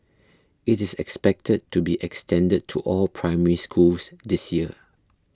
it is expected to be extended to all Primary Schools this year